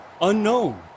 unknown